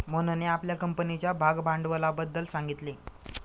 मोहनने आपल्या कंपनीच्या भागभांडवलाबद्दल सांगितले